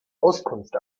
auskunft